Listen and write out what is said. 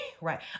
Right